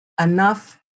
enough